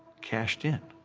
cashed in.